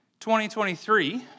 2023